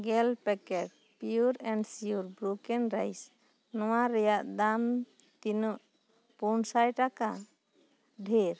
ᱜᱮᱞ packet pure and sure broken rice ᱱᱚᱣᱟ ᱨᱮᱱᱟᱜ ᱫᱟᱢ ᱛᱤᱱᱟᱹᱜ ᱯᱩᱱ ᱥᱟᱭ ᱴᱟᱠᱟ ᱰᱷᱮᱹᱨ